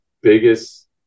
biggest